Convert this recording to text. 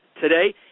today